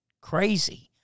crazy